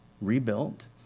rebuilt